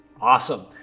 Awesome